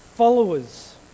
followers